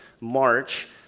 March